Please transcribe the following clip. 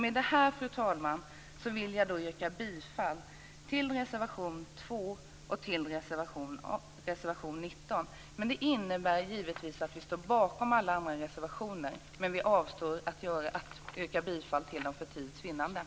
Med detta, fru talman, yrkar jag bifall till reservationerna 2 och 19 men för den skull står vi givetvis också bakom våra andra reservationer. För tids vinnande avstår vi dock från att yrka bifall till dem.